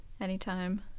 anytime